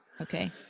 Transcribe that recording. okay